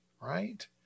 right